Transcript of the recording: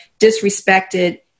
disrespected